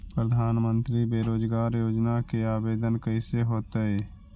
प्रधानमंत्री बेरोजगार योजना के आवेदन कैसे होतै?